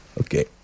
Okay